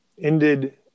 ended